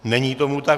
Není tomu tak.